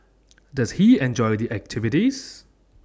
does he enjoy the activities